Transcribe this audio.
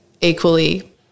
equally